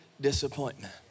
disappointment